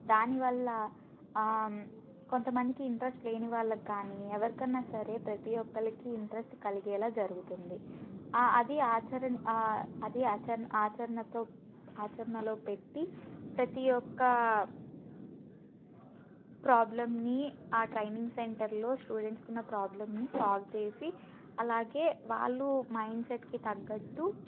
దానివల్ల కొంతమందికి ఇంట్రెస్ట్ లేని వాళ్ళకి కానీ ఎవరికైనా సరే ప్రతి ఒకళ్ళకి ఇంట్రెస్ట్ కలిగేలా జరుగుతుంది అది ఆచరణ అది ఆచరణ ఆచరణతో ఆచరణలో పెట్టి ప్రతి ఒక్క ప్రాబ్లెమ్ని ఆ ట్రైనింగ్ సెంటర్లో స్టూడెంట్కి ఉన్న ప్రాబ్లంని సాల్వ్ చేసి అలాగే వాళ్ళు మైండ్ సెట్కి తగ్గట్టు